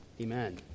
Amen